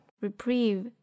reprieve